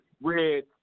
Red